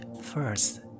first